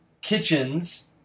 kitchens